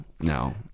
no